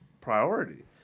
priority